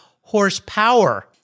horsepower